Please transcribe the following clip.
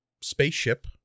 spaceship